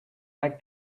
like